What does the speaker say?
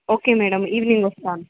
okay madam evening వస్తాను